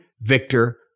victor